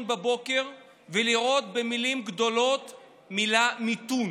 בבוקר ולראות במילים גדולות את המילה "מיתון".